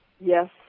Yes